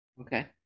okay